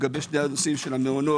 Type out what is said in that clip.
לגבי שני הנושאים של המעונות,